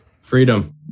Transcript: Freedom